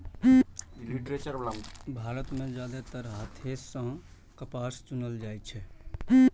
भारत मे जादेतर हाथे सं कपास चुनल जाइ छै